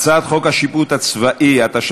הצעת חוק השיפוט הצבאי (תיקון מס' 70),